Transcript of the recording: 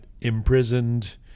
imprisoned